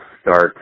start